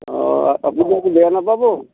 অঁ আপুনি আকৌ বেয়া নাপাব